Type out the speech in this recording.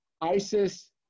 ISIS